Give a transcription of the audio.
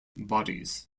bodies